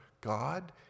God